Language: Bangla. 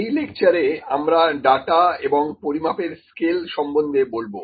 এই লেকচারে আমরা ডাটা এবং পরিমাপের স্কেল সম্বন্ধে বলবো